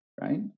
right